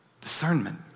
discernment